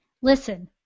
Listen